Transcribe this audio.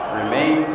remain